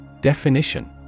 Definition